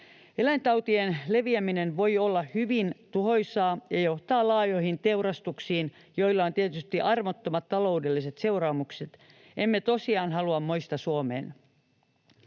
Eläintautien leviäminen voi olla hyvin tuhoisaa ja johtaa laajoihin teurastuksiin, joilla on tietysti armottomat taloudelliset seuraamukset. Emme tosiaan halua moista Suomeen.